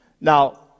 Now